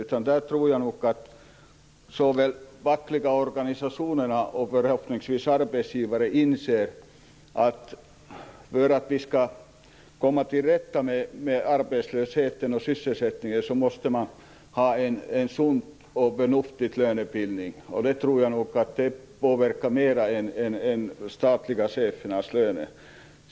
Såväl de fackliga organisationerna som - förhoppningsvis - arbetsgivarna inser nog att vi, om vi skall komma till rätta med arbetslösheten och sysselsättningen, måste ha en sund och förnuftig lönebildning. Detta tror jag påverkar mer än de statliga chefernas löner.